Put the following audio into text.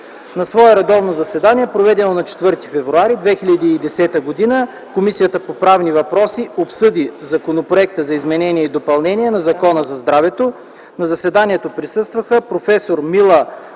„На свое редовно заседание, проведено на 4 февруари 2010 г., Комисията по правни въпроси обсъди Законопроекта за изменение и допълнение на Закона за здравето. На заседанието присъстваха проф. Мила